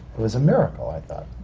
it was a miracle, i thought.